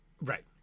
Right